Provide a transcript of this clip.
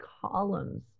columns